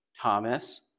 Thomas